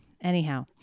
anyhow